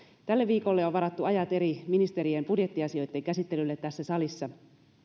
tälle viikolle on varattu ajat eri ministerien budjettiasioitten käsittelylle tässä salissa